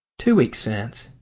two weeks since.